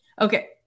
Okay